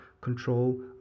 control